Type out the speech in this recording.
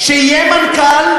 שיהיה מנכ"ל,